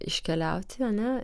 iškeliauti ane